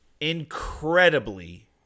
incredibly